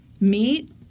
meat